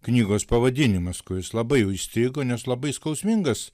knygos pavadinimas kuris labai jau įstrigo nes labai skausmingas